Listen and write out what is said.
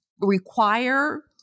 require